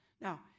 Now